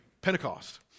Pentecost